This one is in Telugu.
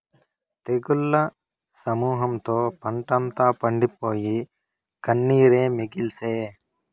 తెగుళ్ల సమూహంతో పంటంతా ఎండిపోయి, కన్నీరే మిగిల్సే